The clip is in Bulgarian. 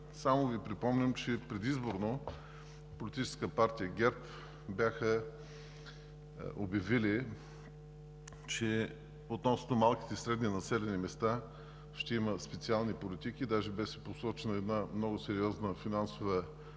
Само Ви припомням, че предизборно ПП ГЕРБ бяха обявили, че относно малките и средни населени места ще има специални политики, даже беше посочена една много сериозна финансова рамка,